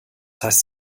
heißt